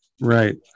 Right